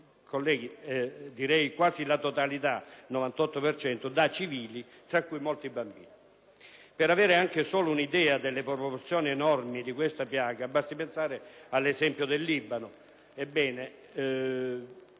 (cioè la quasi totalità, colleghi!) da civili, tra cui molti bambini. Per avere anche solo un'idea delle proporzioni enormi di questa piaga basti pensare all'esempio del Libano: